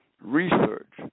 research